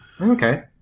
Okay